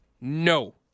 No